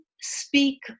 speak